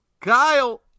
Kyle